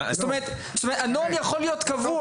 זאת אומרת, הנוהל יכול להיות קבוע.